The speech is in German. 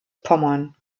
pommern